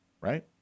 Right